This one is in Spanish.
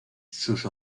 sus